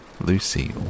Lucy